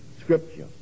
Scripture